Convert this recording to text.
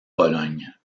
pologne